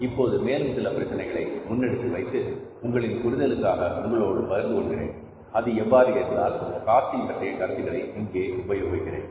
இப்போது மேலும் சில பிரச்சனைகளை முன்னெடுத்து வைத்து உங்களின் புரிதலுக்காக உங்களோடு பகிர்ந்து கொள்கிறேன் அது எவ்வாறு என்றால் காஸ்டிங் பற்றிய கருத்துக்களை இங்கே உபயோகிக்கிறேன்